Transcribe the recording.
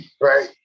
right